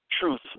truth